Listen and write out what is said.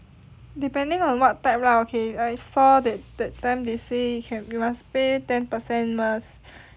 depending on what type lah okay I saw that that time they say can you must pay ten percent first